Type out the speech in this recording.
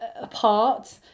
apart